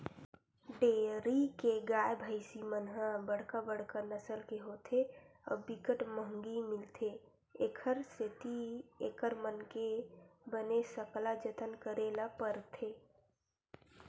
dairy के गाय, भइसी मन ह बड़का बड़का नसल के होथे अउ बिकट महंगी मिलथे, एखर सेती एकर मन के बने सकला जतन करे ल परथे